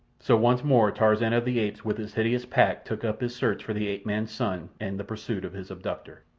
so once more tarzan of the apes with his hideous pack took up his search for the ape-man's son and the pursuit of his abductor.